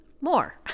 more